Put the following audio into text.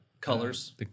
colors